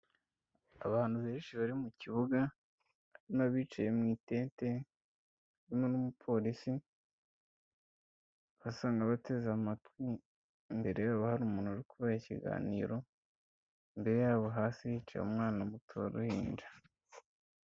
Abantu benshi bari mu kibuga n'abicaye mu itente harimo n'umupolisi, basa nk'abateze amatwi, imbere hari umuntu uri kubaha ikiganiro, imbere yabo hasi hicaye umwana muto w'uruhinja.